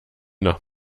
noch